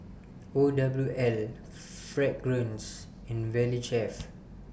O W L Fragrance and Valley Chef